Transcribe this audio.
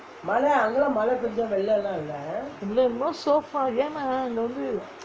இல்லே:illae no so far ஏன்னா அங்கே வந்து:yennaa angae vanthu